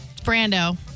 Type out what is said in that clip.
Brando